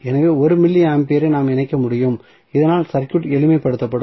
எனவே 1 மில்லி ஆம்பியரை நாம் இணைக்க முடியும் இதனால் சர்க்யூட் எளிமைப்படுத்தப்படும்